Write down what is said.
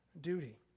duty